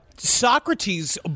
Socrates